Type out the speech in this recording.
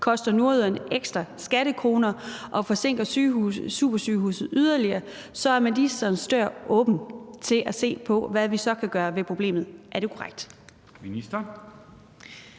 koster nordjyderne skattekroner og forsinker supersygehuset yderligere, så er ministerens dør åben for at se på, hvad vi så kan gøre ved problemet. Er det korrekt?